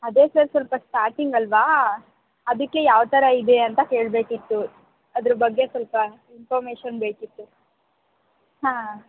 ಅದೇ ಸರ್ ಸ್ವಲ್ಪ ಸ್ಟಾಟಿಂಗ್ ಅಲ್ವಾ ಅದಕ್ಕೆ ಯಾವ ಥರ ಇದೆ ಅಂತ ಕೇಳಬೇಕಿತ್ತು ಅದ್ರ ಬಗ್ಗೆ ಸ್ವಲ್ಪ ಇನ್ಫಾರ್ಮೇಶನ್ ಬೇಕಿತ್ತು ಹಾಂ